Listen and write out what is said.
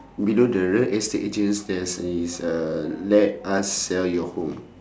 below the real estate agents there's is a let us sell your home